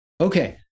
okay